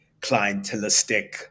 clientelistic